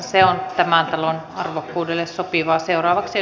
se on tämän talon arvokkuudelle sopivaa